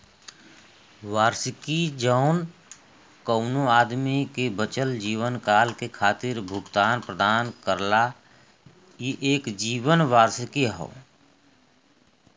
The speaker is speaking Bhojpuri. वार्षिकी जौन कउनो आदमी के बचल जीवनकाल के खातिर भुगतान प्रदान करला ई एक जीवन वार्षिकी हौ